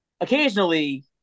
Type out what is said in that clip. occasionally